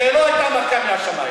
זו לא הייתה מכה מהשמים.